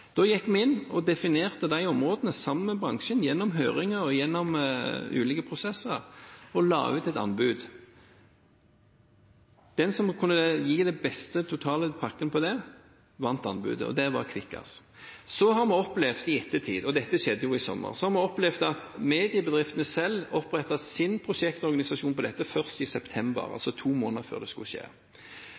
da Posten stoppet. Da gikk vi inn og definerte de områdene sammen med bransjen, gjennom høringer og gjennom ulike prosesser, og la ut et anbud. Den som kunne gi den beste totale pakken, vant anbudet, og det var Kvikkas. Dette skjedde i sommer, og vi har i ettertid opplevd at mediebedriftene selv opprettet sin prosjektorganisasjon på dette først i september, altså to måneder før det skulle